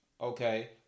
Okay